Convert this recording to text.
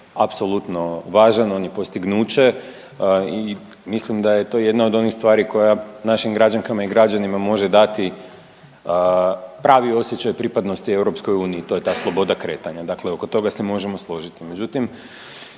apsolutno važan, on je postignuće i mislim da je to jedna od onih stvari koja našim građankama i građanima može dati pravi osjećaj pripadnosti EU, to je ta sloboda kretanja, dakle oko toga se možemo složiti.